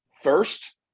first